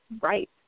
right